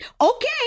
okay